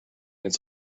its